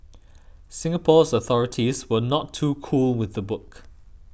Singapore's authorities were not too cool with the book